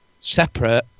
separate